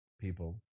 people